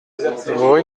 rue